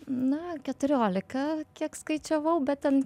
na keturiolika kiek skaičiavau bet ten